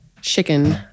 chicken